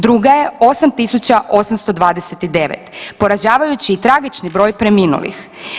Druga je 8.829 poražavajući i tragični broj preminulih.